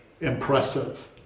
impressive